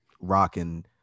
rocking